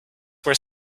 were